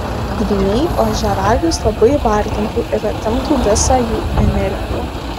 dvyniai ožiaragius labai vargintų ir atimtų visą jų energiją